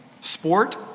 Sport